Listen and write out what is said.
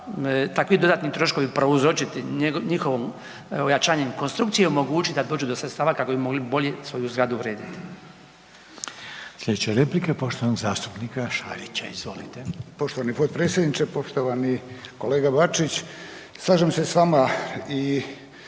takvi dodatni troškovi prouzročiti njihovom jačanjem konstrukcije omogućiti da dođu do sredstava kako bi mogli bolje svoju zgradu urediti. **Reiner, Željko (HDZ)** Sljedeća je replika poštovanog zastupnika Šarića. Izvolite. **Šarić, Josip (HDZ)** Poštovani potpredsjedniče, poštovani kolega Bačić. Slažem se s vama i